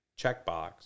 checkbox